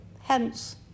hence